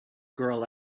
girl